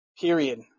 Period